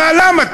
למה?